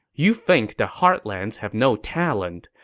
you think the heartlands have no talent,